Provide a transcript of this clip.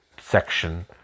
section